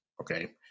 okay